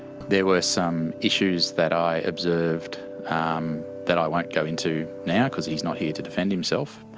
there were some issues that i observed um that i won't go into now because he's not here to defend himself.